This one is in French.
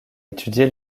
étudié